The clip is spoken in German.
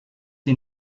die